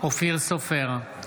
אופיר סופר,